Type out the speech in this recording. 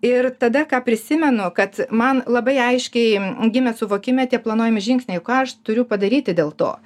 ir tada ką prisimenu kad man labai aiškiai gimė suvokime tiek planuojami žingsniai o ką aš turiu padaryti dėl to